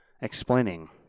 explaining